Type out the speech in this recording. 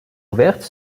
ouverte